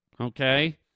okay